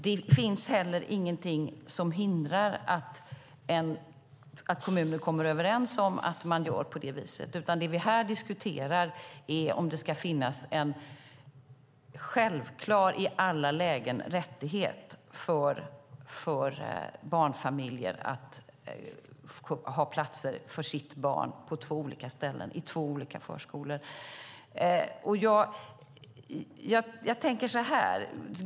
Det finns heller ingenting som hindrar att kommuner kommer överens på det viset. Men det vi här diskuterar är om det ska finnas en självklar rättighet i alla lägen för barnfamiljer att ha platser för sitt barn i två olika förskolor.